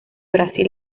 brasil